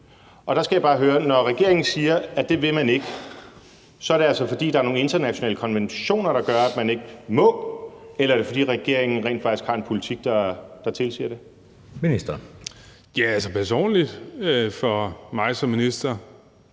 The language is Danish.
og der skal jeg bare høre, om det, når regeringen siger, at det vil man ikke, altså så skyldes, at der er nogle internationale konventioner, der gør, at man ikke må, eller om det skyldes, at regeringen rent faktisk har en politik, der tilsiger det. Kl. 16:15 Anden næstformand (Jeppe